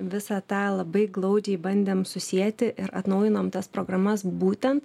visą tą labai glaudžiai bandėm susieti ir atnaujinom tas programas būtent